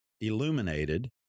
illuminated